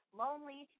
lonely